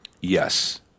Yes